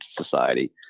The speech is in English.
Society